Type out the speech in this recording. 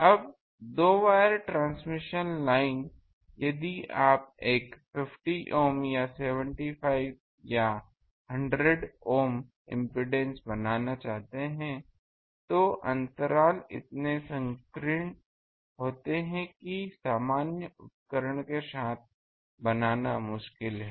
अब दो wire transmission line यदि आप एक 50 ohm या 75 ohm या 100 ohm इम्पीडेन्स बनाना चाहते हैं तो अंतराल इतने संकीर्ण होते हैं कि सामान्य उपकरण के साथ बनाना मुश्किल है